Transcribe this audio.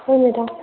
ꯍꯣꯏ ꯃꯦꯗꯥꯝ